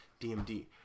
DMD